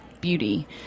beauty